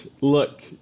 look